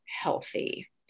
healthy